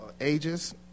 ages